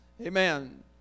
Amen